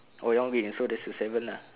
oh your green so that's a seven lah